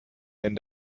wenn